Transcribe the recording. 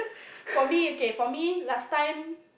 for me okay for me last time